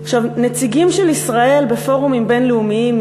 נציגים של ישראל בפורומים בין-לאומיים,